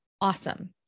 awesome